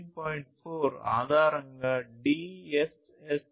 4 ఆధారంగా DSSS ను ఉపయోగిస్తాయి